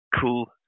cool